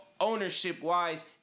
ownership-wise